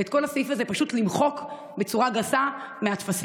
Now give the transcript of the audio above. ואת כל הסעיף הזה פשוט למחוק בצורה גסה מהטפסים,